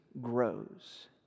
grows